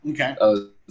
Okay